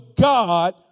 God